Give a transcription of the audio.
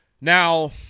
Now